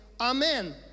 Amen